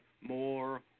more